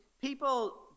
people